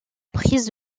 prise